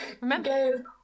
Remember